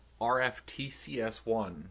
rftcs1